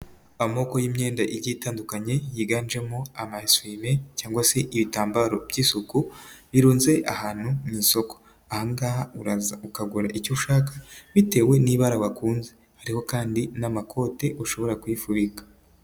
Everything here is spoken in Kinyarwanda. Amoko y'imyenda igiye itandukanye yiganjemo ama eswime cyangwa se ibitambaro by'isuku birunze ahantu mu isoko, aha ngaha uraza ukagura icyo ushaka bitewe n'ibara wakunze, hariho kandi n'amakote ushobora kwifubika.